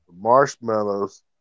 marshmallows